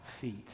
feet